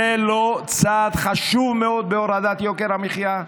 זה לא צעד חשוב מאוד בהורדת יוקר המחיה?